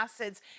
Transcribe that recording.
acids